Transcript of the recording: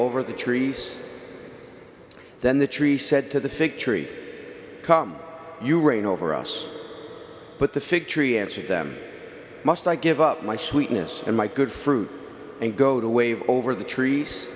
over the trees then the tree said to the fig tree come you reign over us but the fig tree answered them must i give up my sweetness and my good fruit and go to wave over the trees